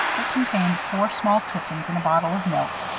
it contained four small kittens and a bottle of milk.